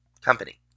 Company